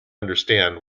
understand